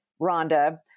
Rhonda